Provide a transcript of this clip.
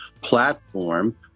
platform